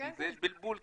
כי יש בלבול,